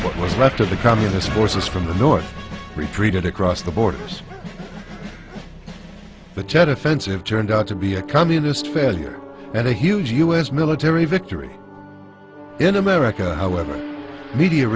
what was left of the communist forces from the north retreated across the borders the tet offensive turned out to be a communist failure and a huge us military victory in america however media